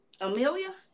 amelia